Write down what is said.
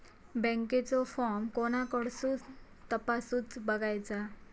बँकेचो फार्म कोणाकडसून तपासूच बगायचा?